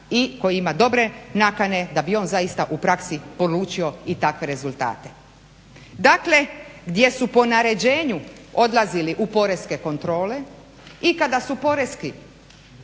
i koji ima dobre nakane da bi on zaista u praksi polučio i takve rezultate. Dakle, gdje su po naređenju odlazili u poreske kontrole i kada su poreski